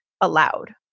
allowed